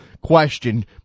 question